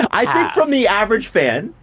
i think from the average fan,